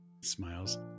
Smiles